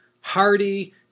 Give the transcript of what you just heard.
hardy